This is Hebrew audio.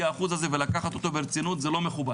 אחוז הזה ולקחת אותו ברצינות זה לא מכובד.